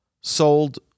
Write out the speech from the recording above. sold